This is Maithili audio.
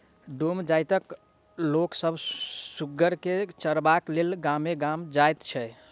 डोम जाइतक लोक सभ सुगर के चरयबाक लेल गामे गाम जाइत छै